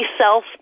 self